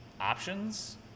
options